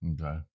Okay